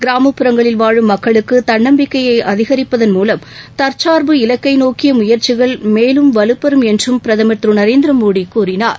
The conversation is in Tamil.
கிராமப்புறங்களில் வாழும் மக்களுக்கு தன்னம்பிக்கையை அதிகரிப்பதன் மூலம் தற்சார்பு இலக்கை நோக்கிய முயற்சிகள் மேலும் வலுப்பெறும் என்றும் பிரதமர் திரு நரேந்திரமோ கூறினார்